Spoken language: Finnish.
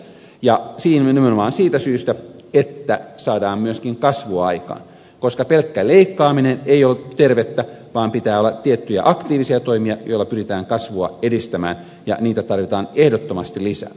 siihen menemme nimenomaan siitä syystä että saadaan myöskin kasvua aikaan koska pelkkä leikkaaminen ei ole tervettä vaan pitää olla tiettyjä aktiivisia toimia joilla pyritään kasvua edistämään ja niitä tarvitaan ehdottomasti lisää